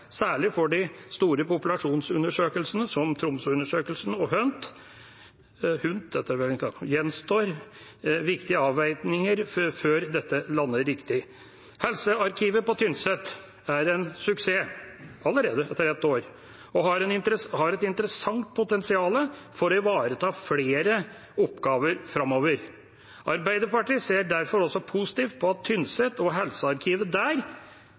særlig for de store populasjonsundersøkelsene som Tromsøundersøkelsen og HUNT gjenstår viktige avveininger før dette lander riktig. Helsearkivet på Tynset er en suksess allerede etter et år og har et interessant potensial for å ivareta flere oppgaver framover. Arbeiderpartiet ser derfor også positivt på at Tynset og helsearkivet der,